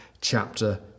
chapter